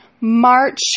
March